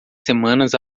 semanas